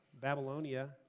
Babylonia